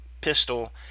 pistol